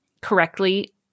correctly